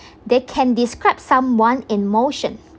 they can describe someone emotion